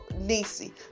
Nisi